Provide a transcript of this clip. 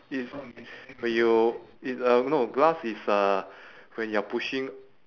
is when you is uh no glass is uh when you are pushing